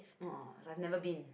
oh I've never been